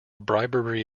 bribery